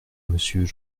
monsieur